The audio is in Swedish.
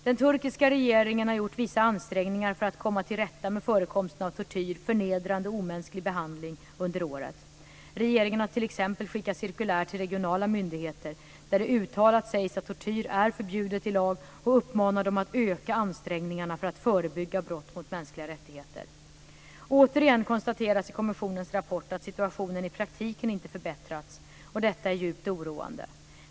Den turkiska regeringen har gjort vissa ansträngningar för att komma till rätta med förekomsten av tortyr och av förnedrande och omänsklig behandling under året. Regeringen har t.ex. skickat cirkulär till regionala myndigheter där det uttalat sägs att tortyr är förbjudet i lag och uppmanar dem att öka ansträngningarna för att förebygga brott mot mänskliga rättigheter. Återigen konstateras i kommissionens rapport att situationen i praktiken inte förbättrats, och detta är djupt oroande.